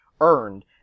earned